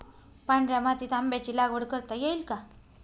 पांढऱ्या मातीत आंब्याची लागवड करता येईल का?